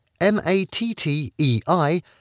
m-a-t-t-e-i